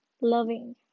loving